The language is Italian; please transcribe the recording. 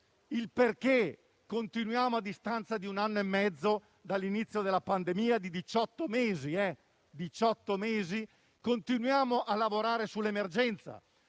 perché, a distanza di un anno e mezzo dall'inizio della pandemia (diciotto mesi), continuiamo a lavorare sull'emergenza?